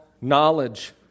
knowledge